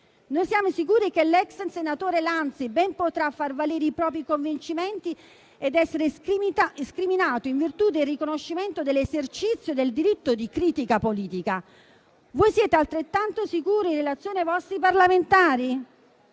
Noi siamo sicuri che l'ex senatore Lanzi ben potrà far valere i propri convincimenti ed essere scriminato in virtù del riconoscimento dell'esercizio del diritto di critica politica. Voi ne siete altrettanto sicuri in relazione ai vostri parlamentari?